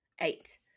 eight